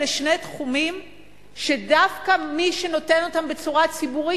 אלה שני תחומים שדווקא מי שנותן אותם בצורה ציבורית,